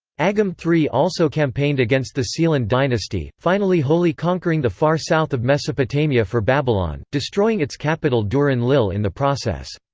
agum iii also campaigned against the sealand dynasty finally wholly conquering the far south of mesopotamia for babylon, destroying its capital dur-enlil in the process.